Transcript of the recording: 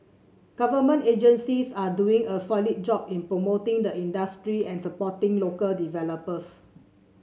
government agencies are doing a solid job in promoting the industry and supporting local developers